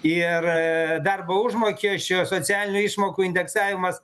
ir darbo užmokesčio socialinių išmokų indeksavimas